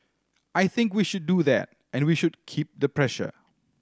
I think we should do that and we should keep the pressure